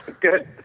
good